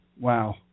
wow